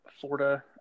Florida